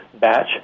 batch